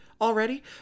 already